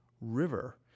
river